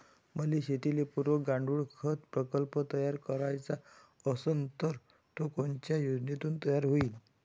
मले शेतीले पुरक गांडूळखत प्रकल्प तयार करायचा असन तर तो कोनच्या योजनेतून तयार होईन?